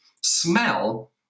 smell